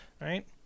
right